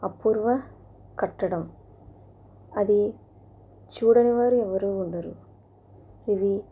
అపూర్వ కట్టడం అది చూడని వారు ఎవరు ఉండరు ఇది